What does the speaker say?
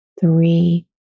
three